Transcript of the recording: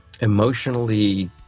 emotionally